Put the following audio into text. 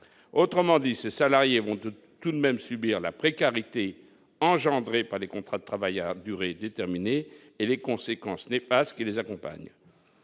autrement dit, ces salariés vont tout de même subir la précarité engendrée par les contrats de travail à durée déterminée et les conséquences néfastes qui les accompagnent,